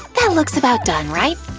that looks about done, right?